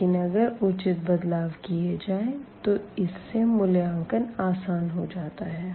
लेकिन अगर उचित बदलाव किये जाएं तो इस से मूल्यांकन आसान हो जाता है